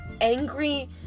angry